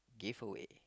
giveaway